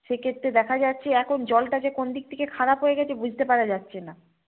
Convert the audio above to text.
সেক্ষেত্রে দেখা যাচ্ছে এখন জলটা যে কোন দিক থেকে খারাপ হয়ে গেছে বুঝতে পারা যাচ্ছে না